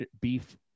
beef